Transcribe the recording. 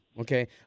okay